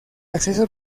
acceso